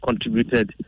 contributed